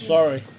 Sorry